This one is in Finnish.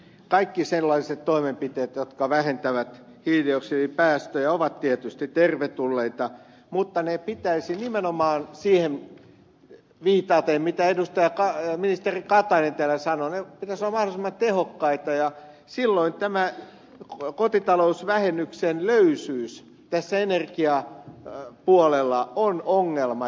kaikki sellaiset toimenpiteet jotka vähentävät hiilidioksidipäästöjä ovat tietysti tervetulleita mutta niiden pitäisi nimenomaan siihen viitaten mitä ministeri katainen täällä sanoi olla mahdollisimman tehokkaita ja silloin tämä kotitalousvähennyksen löysyys tässä energiapuolella on ongelma